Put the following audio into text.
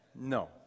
No